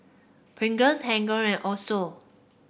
Pringles Hilker and Asos